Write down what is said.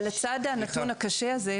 אבל לצד הנתון הקשה הזה,